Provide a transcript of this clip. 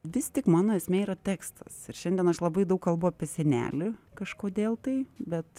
vis tik mano esmė yra tekstas ir šiandien aš labai daug kalbu apie senelį kažkodėl tai bet